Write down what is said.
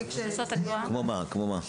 כמו מה?